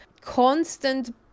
constant